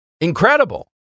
incredible